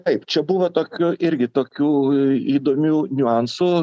taip čia buvo tokio irgi tokių įdomių niuansų